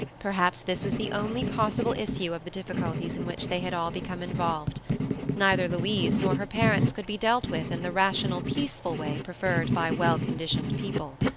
perhaps this was the only possible issue of the difficulties in which they had all become involved neither louise nor her parents could be dealt with in the rational, peaceful way preferred by well-conditioned people.